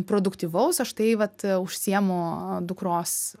produktyvaus aš tai vat užsiimu dukros